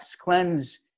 cleanse